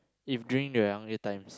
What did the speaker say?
if during the younger times